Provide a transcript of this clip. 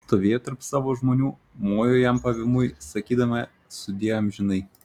stovėjo tarp savo žmonių mojo jam pavymui sakydama sudie amžinai